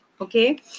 okay